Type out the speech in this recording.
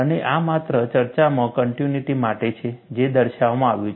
અને આ માત્ર ચર્ચામાં કન્ટીન્યૂટી માટે છે જે દર્શાવવામાં આવ્યું છે